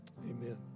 Amen